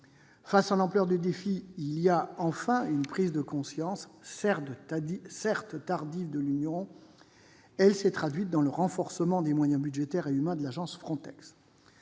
Face à l'ampleur du défi, nous assistons enfin à une prise de conscience- certes tardive -de l'Union qui s'est traduite par le renforcement des moyens budgétaires et humains de l'agence FRONTEX.